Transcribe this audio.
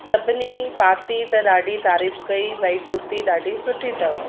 सभिनी पाती त ॾाढी तारीफ़ कई भई कुर्ती ॾाढी सुठी अथव